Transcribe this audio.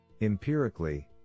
Empirically